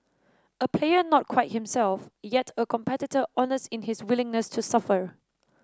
a player not quite himself yet a competitor honest in his willingness to suffer